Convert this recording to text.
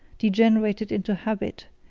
degenerated into habit,